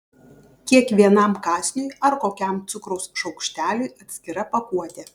kiekvienam kąsniui ar kokiam cukraus šaukšteliui atskira pakuotė